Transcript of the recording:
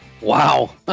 wow